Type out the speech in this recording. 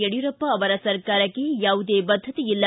ಯಡಿಯೂರಪ್ಪ ಅವರ ಸರ್ಕಾರಕ್ಕೆ ಯಾವುದೇ ಬದ್ಧತೆಯಿಲ್ಲ